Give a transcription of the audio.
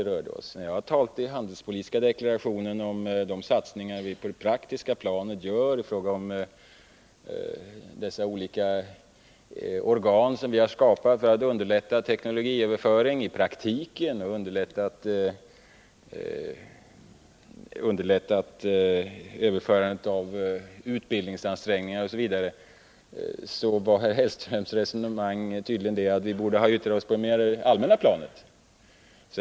I den handelspolitiska deklarationen talar jag om de satsningar vi gör på det praktiska planet, de olika organ som vi har skapat för att underlätta teknologiöverföring och kunskapsöverföring osv. Enligt Mats Hellströms resonemang borde vi tydligen ha yttrat oss på det mer allmänna planet.